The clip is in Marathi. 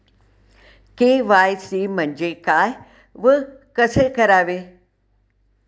के.वाय.सी म्हणजे काय व कसे करावे?